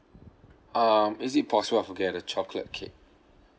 um is it possible if I get a chocolate cake